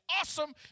awesome